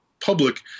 public